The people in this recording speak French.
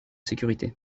sécurité